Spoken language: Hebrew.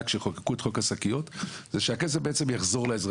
צריך להיות משהו שהוא סבסוד צולב.